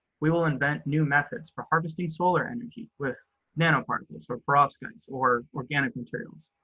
we will invent new methods for harvesting solar energy with nanoparticles or perovskites or organic materials.